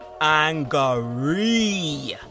angry